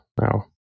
now